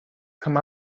come